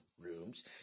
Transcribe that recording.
rooms